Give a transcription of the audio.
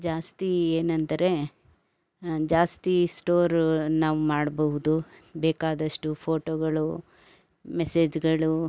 ಜಾಸ್ತಿ ಏನಂದರೆ ಜಾಸ್ತಿ ಸ್ಟೋರ ನಾವು ಮಾಡ್ಬವುದು ಬೇಕಾದಷ್ಟು ಫೋಟೋಗಳು ಮೆಸೇಜ್ಗಳು